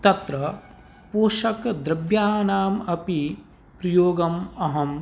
तत्र पोषकद्रव्याणाम् अपि उपयोगम् अहं